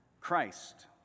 Christ